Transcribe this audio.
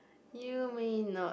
you may not